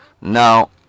Now